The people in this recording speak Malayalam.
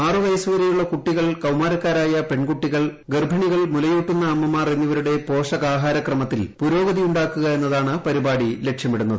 ആറ് വയസ്സുവരെയുള്ള കുട്ടികൾ കൌമാരക്കാരായ പെൺകുട്ടികൾ ഗർഭിണികൾ മുലയൂട്ടുന്ന അമ്മമാർ എന്നിവരുടെ പോഷകാഹാര ക്രമത്തിൽ പുരോഗതിയുണ്ടാക്കുക എന്നതാണ് പരിപാടി ലക്ഷ്യമിടുന്നത്